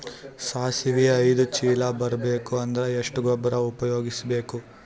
ಸಾಸಿವಿ ಐದು ಚೀಲ ಬರುಬೇಕ ಅಂದ್ರ ಎಷ್ಟ ಗೊಬ್ಬರ ಉಪಯೋಗಿಸಿ ಬೇಕು?